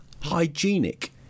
hygienic